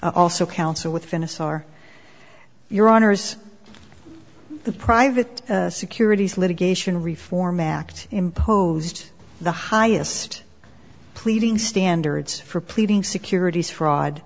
also counsel with intissar your honour's the private securities litigation reform act imposed the highest pleading standards for pleading securities fraud